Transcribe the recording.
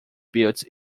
builds